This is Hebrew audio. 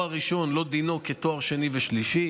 ותואר ראשון דינו לא כדין תואר שני ושלישי.